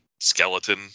skeleton